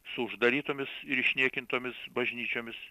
su uždarytomis ir išniekintomis bažnyčiomis